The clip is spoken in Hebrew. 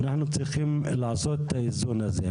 אנחנו צריכים לעשות את האיזון הזה.